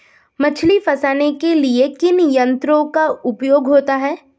मछली फंसाने के लिए किन यंत्रों का उपयोग होता है?